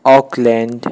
Auckland